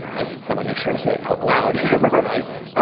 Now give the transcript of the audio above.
as someone make sure to say out loud, is a river of ice.